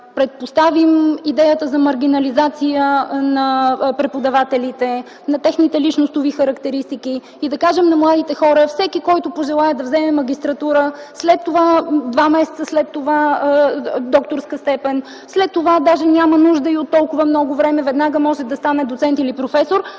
предпоставим идеята за маргинализация на преподавателите, на техните личностни характеристики и да кажем на младите хора: „Всеки, който пожелае да вземе магистратура, два месеца след това докторска степен, след това даже няма нужда и от толкова много време, веднага може да стане доцент или професор”.